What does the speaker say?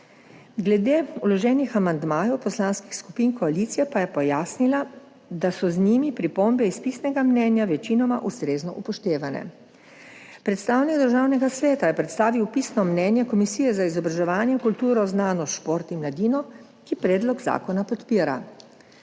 Glede vloženih amandmajev poslanskih skupin koalicije pa je pojasnila, da so z njimi pripombe iz pisnega mnenja večinoma ustrezno upoštevane. Predstavnik Državnega sveta je predstavil pisno mnenje Komisije za izobraževanje, kulturo, znanost, šport in mladino, ki predlog zakona podpira.